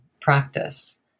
practice